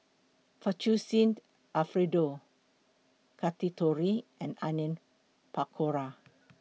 Fettuccine Alfredo and Onion Pakora